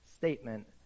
Statement